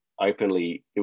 openly